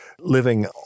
living